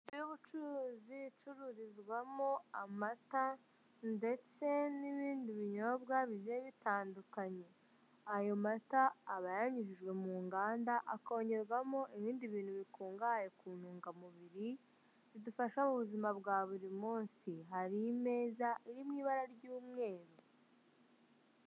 Inzu y'ubucuruzi icururizwamo amata ndetse n'ibindi binyobwa bigiye bitandukanye, ayo mata aba yanyujijwe mu nganda akongerwamo ibindi bintu bikungahaye ku ntungamubiri bidufasha mu buzima bwa buri munsi, hari imeza iri mu ibara ry'umweru.